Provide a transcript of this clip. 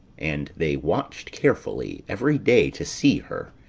and they watched carefully every day to see her.